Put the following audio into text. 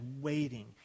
waiting